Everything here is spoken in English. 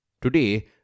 Today